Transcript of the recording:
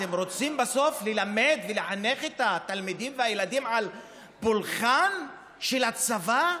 אתם רוצים בסוף ללמד ולחנך את התלמידים והילדים על פולחן של הצבא?